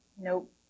nope